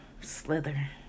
Slither